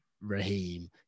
Raheem